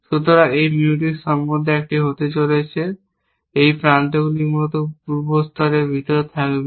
সুতরাং এই Mutex সম্পর্ক একটি হতে যাচ্ছে এই প্রান্তগুলি মূলত পূর্ব স্তরের ভিতরে থাকবে